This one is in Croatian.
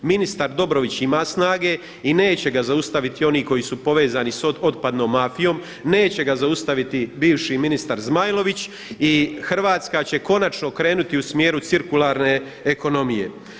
Ministar Dobrović ima snage i neće ga zaustaviti oni koji su povezani sa otpadnom mafijom, neće ga zaustaviti bivši ministar Zmajlović i Hrvatska će konačno krenuti u smjeru cirkularne ekonomije.